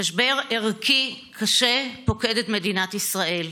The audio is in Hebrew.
משבר ערכי קשה פוקד את מדינת ישראל.